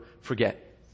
forget